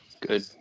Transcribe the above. Good